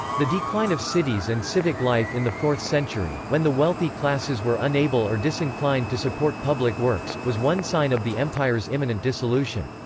the decline of cities and civic life in the fourth century, when the wealthy classes were unable or disinclined to support public works, was one sign of the empire's imminent dissolution.